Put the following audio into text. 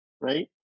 right